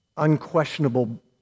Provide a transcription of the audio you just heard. unquestionable